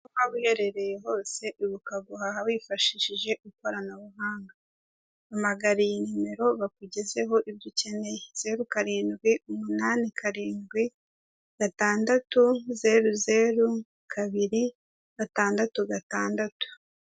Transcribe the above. Aho waba uherereye hose ibuka guhaha ukoresheje ikoranabuhanga, hamagara iyi nimero bakugezeho ibyo ukeneye, zeru karindwi umunani karindwi gatandatu zeru zeru kabiri gatandatu gatandatu.